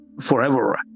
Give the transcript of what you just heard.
forever